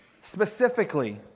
specifically